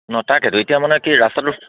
ন তাক সেইটো এতিয়া মানে কি ৰাস্তাটো